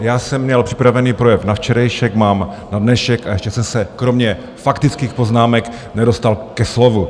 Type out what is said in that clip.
Já jsem měl připravený projev na včerejšek, mám na dnešek a ještě jsem se kromě faktických poznámek nedostal ke slovu.